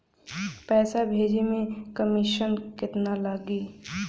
पैसा भेजे में कमिशन केतना लागि?